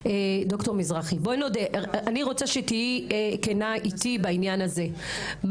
אני רוצה שתהיי כנה אתי בעניין הזה,